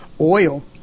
oil